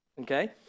Okay